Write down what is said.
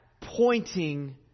pointing